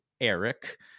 Eric